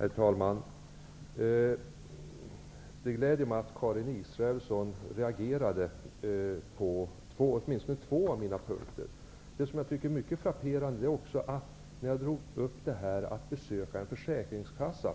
Herr talman! Det gläder mig att Karin Israelsson reagerade på åtminstone två av mina punkter. Det är också mycket frapperande att Berith Eriksson reagerade så spontant på det jag sade om att besöka en försäkringskassa.